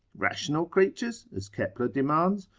rational creatures? as kepler demands,